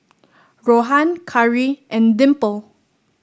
Rohan Karri and Dimple